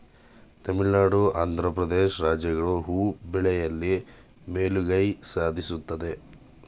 ತಮಿಳುನಾಡು, ಆಂಧ್ರ ಪ್ರದೇಶ್ ರಾಜ್ಯಗಳು ಹೂ ಬೆಳೆಯಲಿ ಮೇಲುಗೈ ಸಾಧಿಸುತ್ತದೆ